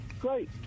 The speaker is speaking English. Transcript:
Great